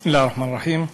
בסם אללה א-רחמאן א-רחים.